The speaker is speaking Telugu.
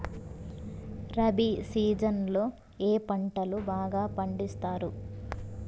రబి సీజన్ లో ఏ పంటలు బాగా పండిస్తారు